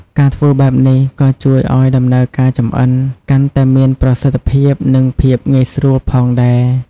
ការធ្វើបែបនេះក៏ជួយឱ្យដំណើរការចម្អិនកាន់តែមាន ប្រសិទ្ធភាព និងភាពងាយស្រួលផងដែរ ។